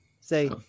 Say